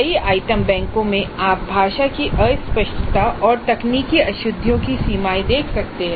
कई आइटम बैंकों में आप भाषा की अस्पष्टता और तकनीकी अशुद्धियाँ की सीमाएँ देख सकते हैं